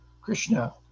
Krishna